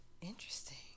Interesting